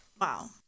Wow